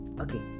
Okay